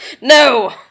No